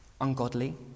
Ungodly